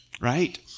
Right